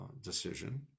decision